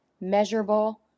measurable